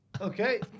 Okay